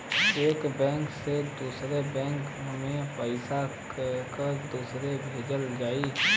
एक बैंक से दूसरे बैंक मे पैसा केकरे द्वारा भेजल जाई?